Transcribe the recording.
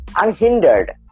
Unhindered